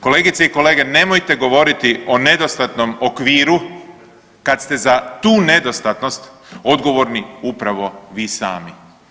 Kolegice i kolege, nemojte govoriti o nedostatnom okviru kad ste za tu nedostatnost odgovorni upravo vi sami.